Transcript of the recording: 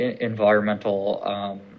environmental